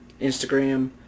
Instagram